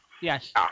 Yes